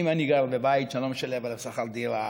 אם אני גר בבית שאני לא משלם עליו שכר דירה,